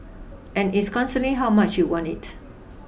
and it's how much you want it